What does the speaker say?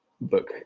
book